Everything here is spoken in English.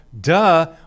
duh